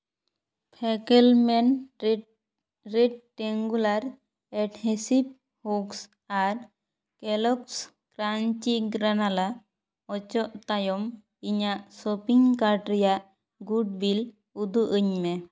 ᱯᱷᱮᱠᱮᱞᱢᱮᱱ rectangular ᱮᱴ ᱦᱤᱥᱤᱯ ᱦᱳᱠᱥ ᱟᱨ ᱠᱮᱨᱚᱠᱥ ᱠᱨᱟᱱᱪᱤ ᱜᱨᱟᱱᱟᱞᱟ ᱚᱪᱚᱜ ᱛᱟᱭᱚᱢ ᱤᱧᱟᱹᱜ ᱥᱚᱯᱤᱝ ᱠᱟᱨᱰ ᱨᱮᱭᱟᱜ ᱜᱩᱰ ᱵᱤᱞ ᱩᱫᱩᱜ ᱟᱹᱧ ᱢᱮ